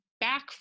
back